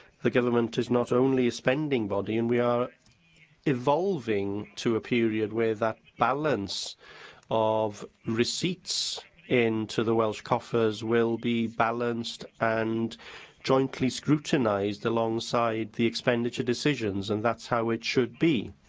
the government is not only a spending body now and we are evolving to a period where that balance of receipts into the welsh coffers will be balanced and jointly scrutinised alongside the expenditure decisions, and that's how it should be.